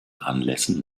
anlässen